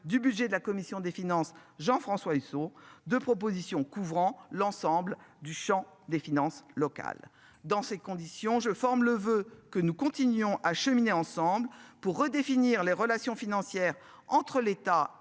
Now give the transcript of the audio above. du budget de la commission des finances Jean-François Husson de propositions couvrant l'ensemble du Champ des finances locales. Dans ces conditions, je forme le voeu que nous continuerons à cheminer ensemble pour redéfinir les relations financières entre l'État